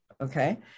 Okay